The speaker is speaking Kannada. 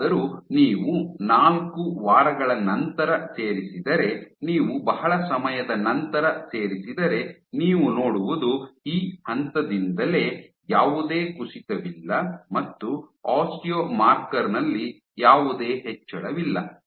ಹೇಗಾದರೂ ನೀವು ನಾಲ್ಕು ವಾರಗಳ ನಂತರ ಸೇರಿಸಿದರೆ ನೀವು ಬಹಳ ಸಮಯದ ನಂತರ ಸೇರಿಸಿದರೆ ನೀವು ನೋಡುವುದು ಈ ಹಂತದಿಂದಲೇ ಯಾವುದೇ ಕುಸಿತವಿಲ್ಲ ಮತ್ತು ಆಸ್ಟಿಯೊ ಮಾರ್ಕರ್ ನಲ್ಲಿ ಯಾವುದೇ ಹೆಚ್ಚಳವಿಲ್ಲ